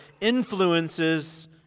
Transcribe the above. influences